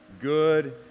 Good